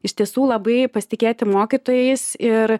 iš tiesų labai pasitikėti mokytojais ir